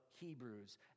Hebrews